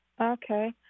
Okay